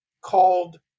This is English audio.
called